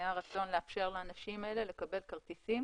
היה רצון לאפשר לאנשים האלה לקבל כרטיסים